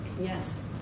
Yes